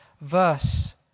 verse